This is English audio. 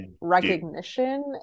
recognition